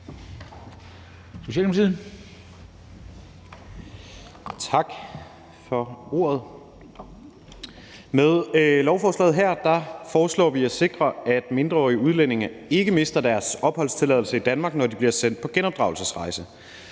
Med lovforslaget her foreslår vi at sikre, at mindreårige udlændinge ikke mister deres opholdstilladelse i Danmark, når de bliver sendt på genopdragelsesrejse.